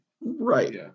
Right